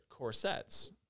corsets